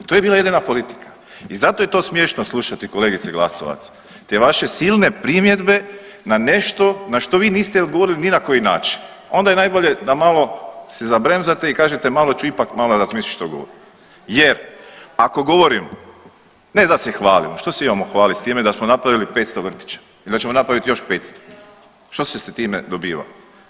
I to je bila jedina politika i zato je to smiješno slušati, kolegice Glasovac, te vaše silne primjedbe na nešto na što vi niste odgovorili na koji način, onda je najbolje da malo si zabremzate i kažete malo ću ipak malo razmisliti što govorim jer ako govorim, ne da se hvalim, što se imamo hvaliti s time da smo napravili 500 vrtića i da ćemo napraviti još 500, što se time dobiva?